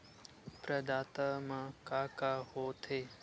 प्रदाता मा का का हो थे?